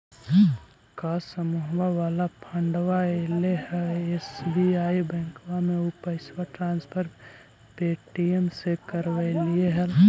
का समुहवा वाला फंडवा ऐले हल एस.बी.आई बैंकवा मे ऊ पैसवा ट्रांसफर पे.टी.एम से करवैलीऐ हल?